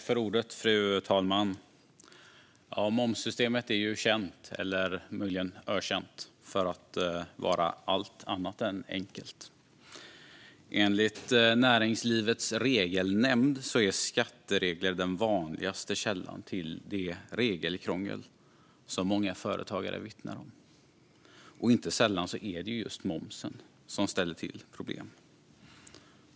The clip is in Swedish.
Fru talman! Momssystemet är känt, eller möjligen ökänt, för att vara allt annat än enkelt. Enligt Näringslivets Regelnämnd är skatteregler den vanligaste källan till det regelkrångel som många företagare vittnar om. Inte sällan är det just momsen som ställer till problem.